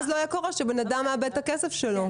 אז לא היה קורה שבן אדם מאבד את הכסף שלו.